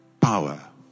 power